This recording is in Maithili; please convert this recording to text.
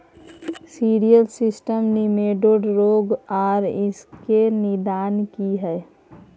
सिरियल सिस्टम निमेटोड रोग आर इसके निदान की हय?